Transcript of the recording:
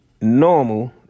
normal